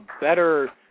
better